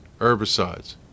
herbicides